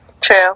true